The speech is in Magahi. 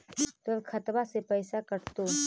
तोर खतबा से पैसा कटतो?